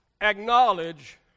Acknowledge